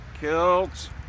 Kilts